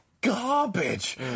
garbage